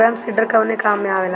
Drum seeder कवने काम में आवेला?